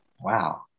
Wow